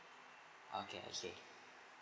okay okay